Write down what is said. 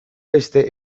beste